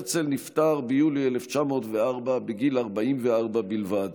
הרצל נפטר ביולי 1904, בגיל 44 בלבד,